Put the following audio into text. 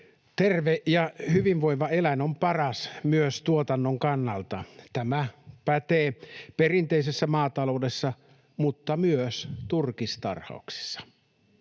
Terve ja hyvinvoiva eläin on paras myös tuotannon kannalta. Tämä pätee perinteisessä maataloudessa mutta myös turkistarhauksessa.